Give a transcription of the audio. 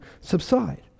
subside